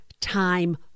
time